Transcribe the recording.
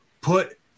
put